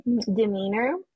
demeanor